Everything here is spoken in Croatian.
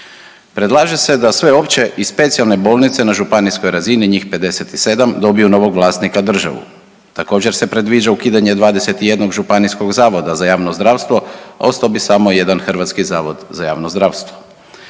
Predlaže se da sve opće i specijalne bolnice na županijskoj razini njih 57 dobiju novog vlasnika državu. Također se predviđa ukidanje 21 županijskog zavoda za javno zdravstvo, a ostao bi samo jedan Hrvatski zavod za javno zdravstvo.